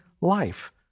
life